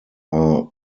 are